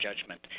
judgment